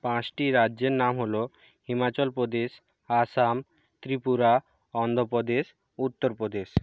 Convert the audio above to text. পাঁচটি রাজ্যের নাম হলো হিমাচল প্রদেশ আসাম ত্রিপুরা অন্ধ্র প্রদেশ উত্তর প্রদেশ